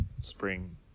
spring